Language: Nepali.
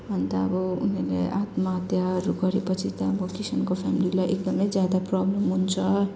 अन्त अब उनीहरूले आत्महत्याहरू गरेपछि त अब किसानको फ्यामिलीलाई एकदमै ज्यादा प्रब्लम हुन्छ